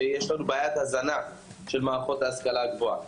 שיש לנו בעיית הזנה של מערכות ההשכלה הגבוהה,